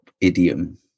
idiom